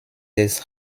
des